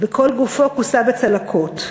וכל גופו כוסה בצלקות.